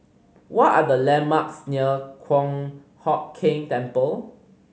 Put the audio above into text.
what are the landmarks near Kong Hock Keng Temple